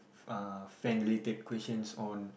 uh fan related questions on